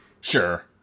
sure